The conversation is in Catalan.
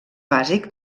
bàsic